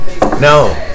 No